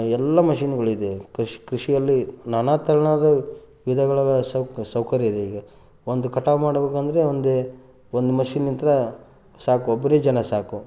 ಎಲ್ಲ ಮಷಿನ್ನುಗಳಿದೆ ಕೃಷಿ ಕೃಷಿಯಲ್ಲಿ ನಾನಾ ತೆರನಾದ ವಿಧಗಳಲ್ಲಿ ಸೌಕ ಸೌಕರ್ಯ ಇದೆ ಈಗ ಒಂದು ಕಟಾವು ಮಾಡಬೇಕಂದ್ರೆ ಒಂದು ಒಂದು ಮಷಿನ್ನಿದ್ದರೆ ಸಾಕು ಒಬ್ಬರೇ ಜನ ಸಾಕು